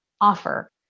offer